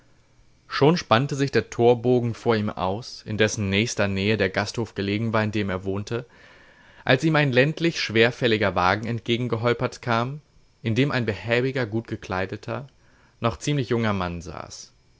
schon spannte sich der torbogen vor ihm aus in dessen nächster nähe der gasthof gelegen war in dem er wohnte als ihm ein ländlich schwerfälliger wagen entgegengeholpert kam in dem ein behäbiger gutgekleideter noch ziemlich junger mann saß